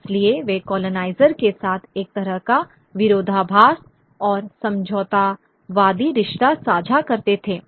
इसलिए वे कॉलोनाइज़र के साथ एक तरह का विरोधाभास और समझौतावादी रिश्ता साझा करते थे